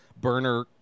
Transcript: burner